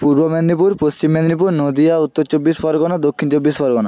Purba Medinipur Paschim Medinipur Nadia Uttar Chabbish Pargana Dakshin Chabbish Pargana